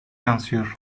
yansıyor